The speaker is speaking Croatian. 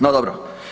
No dobro.